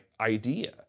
idea